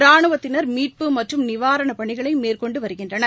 ராணுவத்தினர் மீட்பு மற்றும் நிவாரண பணிகளை மேற்கொண்டு வருகின்றனர்